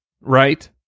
right